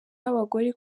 abagore